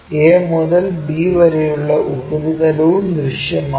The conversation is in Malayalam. a മുതൽ b വരെയുള്ള ഉപരിതലവും ദൃശ്യമാണ്